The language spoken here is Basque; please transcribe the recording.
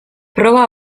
proba